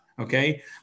okay